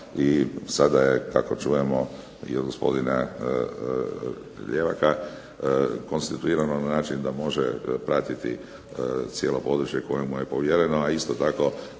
i sada je kako čujemo od gospodina Ljevaka konstituirano na način da može pratiti cijelo područje koje mu je povjereno, a isto tako